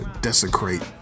desecrate